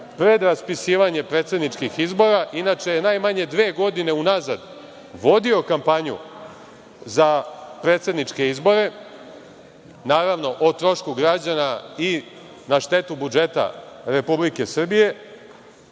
pred raspisivanje predsedničkih izbora, inače je najmanje dve godine unazad vodio kampanju za predsedničke izbore, naravno o trošku građana i na štetu budžeta Republike Srbije. Da